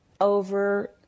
over